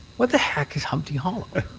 what the heck is humpty hollow?